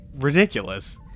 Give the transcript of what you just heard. ridiculous